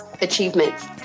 achievements